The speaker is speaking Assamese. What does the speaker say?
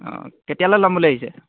অঁ কেতিয়ালৈ লম বুলি ভাবিছে